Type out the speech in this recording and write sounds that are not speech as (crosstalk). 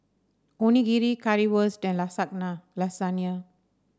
Onigiri Currywurst and (unintelligible) Lasagna